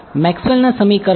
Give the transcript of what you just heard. મેક્સવેલના સમીકરણો